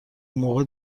موقع